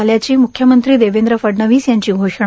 झाल्याची मुख्यमंत्री देवेंद्र फडणवीस यांची घोषणा